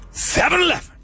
7-Eleven